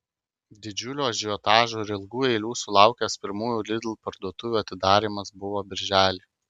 didžiulio ažiotažo ir ilgų eilių sulaukęs pirmųjų lidl parduotuvių atidarymas buvo birželį